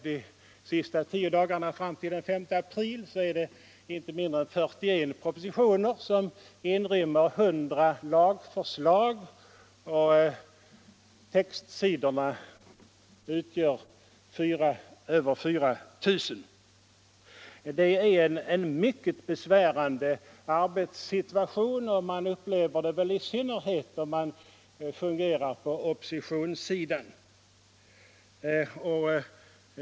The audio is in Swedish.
De sista tio dagarna fram till den 5 april har vi fått inte mindre än 41 propositioner, som inrymmer 100 lagförslag. Antalet textsidor är över 4 000. Det ger en mycket besvärande arbetssituation, och man upplever det väl så i synnerhet om man fungerar på oppositionssidan.